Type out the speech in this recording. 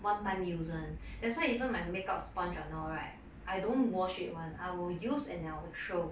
one time use [one] that's why even my makeup sponge and all right I don't wash it [one] I will use and I will throw show